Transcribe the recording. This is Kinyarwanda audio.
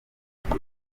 muri